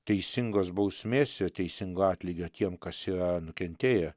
teisingos bausmės ir teisingo atlygio tiem kas yra nukentėję